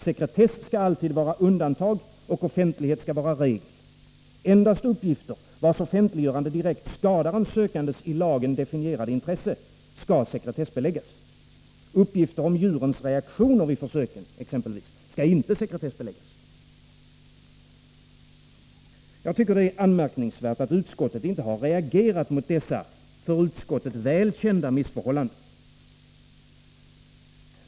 Sekretess skall alltid vara undantag och offentlighet regel. Endast uppgifter vars offentliggörande direkt skadar en sökandes i lagen definierade intresse skall sekretessbeläggas. Exempelvis uppgifter om djurens reaktioner vid försöken skall inte sekretessbeläggas. Jag tycker det är anmärkningsvärt att utskottet inte har reagerat mot dessa för utskottet väl kända missförhållanden.